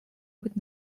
быть